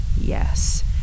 Yes